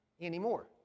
anymore